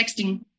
texting